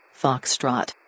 Foxtrot